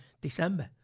December